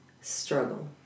struggle